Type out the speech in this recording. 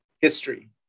history